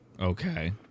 Okay